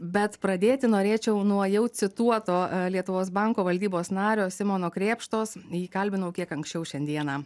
bet pradėti norėčiau nuo jau cituoto lietuvos banko valdybos nario simono krėpštos jį kalbinau kiek anksčiau šiandieną